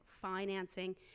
financing